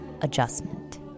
adjustment